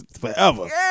forever